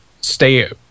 stay